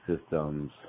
systems